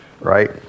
right